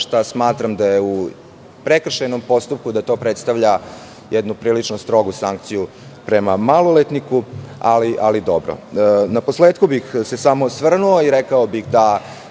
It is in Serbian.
šta smatram da u prekršajnom postupku to predstavlja jednu prilično strogu sankciju prema maloletniku, ali dobro. Na posletku bih se samo osvrnuo i rekao bih da